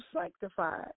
sanctified